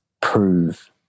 prove